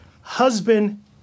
Husband